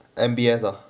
M_B_S ah